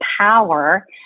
power